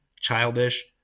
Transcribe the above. childish